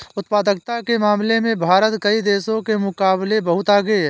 उत्पादकता के मामले में भारत कई देशों के मुकाबले बहुत आगे है